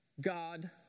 God